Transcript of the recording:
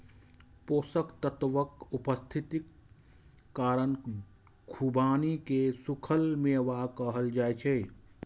पोषक तत्वक उपस्थितिक कारण खुबानी कें सूखल मेवा कहल जाइ छै